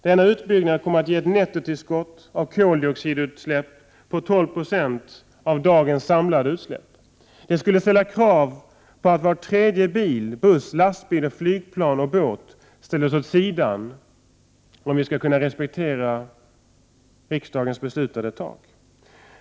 Denna utbyggnad kommer att ge ett nettotillskott av koldioxidutsläpp på 12 96 av dagens samlade utsläpp. Det skulle ställa krav på att var tredje bil, buss, lastbil och båt samt vart tredje flygplan måste ställas åt sidan om vi skall kunna respektera det tak riksdagen har fattat beslut om.